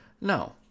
No